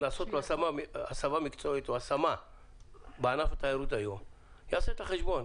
לעשות לו השמה לענף התיירות הוא יעשה את החשבון.